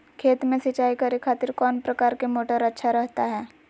खेत में सिंचाई करे खातिर कौन प्रकार के मोटर अच्छा रहता हय?